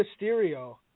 Mysterio